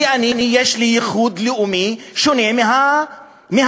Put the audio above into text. כי אני, יש לי ייחוד לאומי שונה מהרוב,